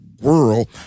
world